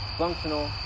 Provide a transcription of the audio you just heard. functional